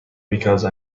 because